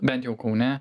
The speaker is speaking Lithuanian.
bent jau kaune